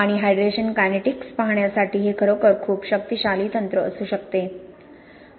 आणि hydration kinetics पाहण्यासाठी हे खरोखर खूप शक्तिशाली तंत्र असू शकते